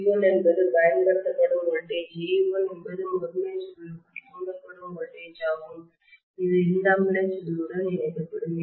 V1 என்பது பயன்படுத்தப்படும் voltage e1 என்பது முதன்மை சுருளுக்குள் தூண்டப்படும் வோல்டேஜ் ஆகும் இது இரண்டாம் நிலை சுருளுடன் இணைக்கப்படும்